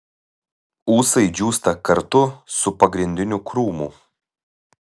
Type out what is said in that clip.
ūsai džiūsta kartu su pagrindiniu krūmu